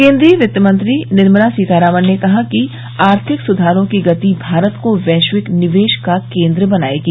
केन्द्रीय वित्तमंत्री निर्मला सीतारामन ने कहा है कि आर्थिक सुधारों की गति भारत को वैश्विक निवेश का केंद्र बनायेगी